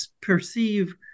perceive